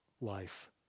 life